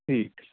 ٹھیک